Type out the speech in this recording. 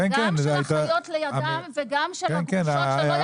גם של החיות לידם וגם של הגרושות שלא יכלו בגלל כל מה שקורה.